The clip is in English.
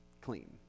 Clean